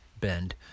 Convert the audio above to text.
bend